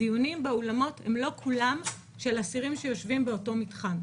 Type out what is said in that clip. הדיונים באולמות הם לא כולם של אסירים שיושבים באותו מתחם.